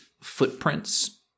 footprints